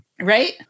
Right